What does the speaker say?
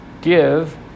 give